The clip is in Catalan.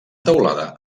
teulada